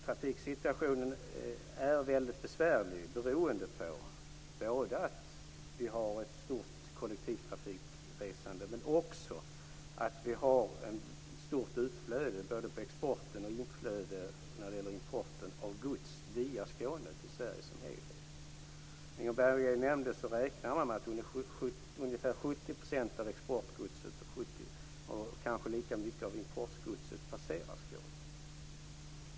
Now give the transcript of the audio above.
Trafiksituationen är mycket besvärlig beroende på att vi har ett stort kollektivtrafikresande, men också att vi har ett stort utflöde av export och inflöde när det gäller import av gods via Skåne till Sverige som helhet. Som Inga Berggren nämnde räknar man med att ungefär 70 % av exportgodset och kanske lika mycket av importgodset passerar Skåne.